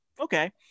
okay